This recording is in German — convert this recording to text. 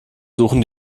suchen